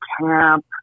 camp